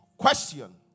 question